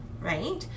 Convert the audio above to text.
right